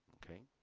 okay.